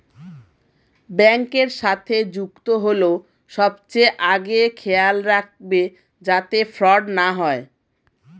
ব্যাংকের সাথে যুক্ত হল সবচেয়ে আগে খেয়াল রাখবে যাতে ফ্রড না হয়